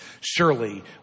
Surely